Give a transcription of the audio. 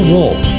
Wolf